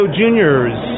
juniors